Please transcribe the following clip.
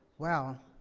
well,